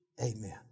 Amen